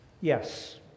yes